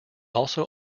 also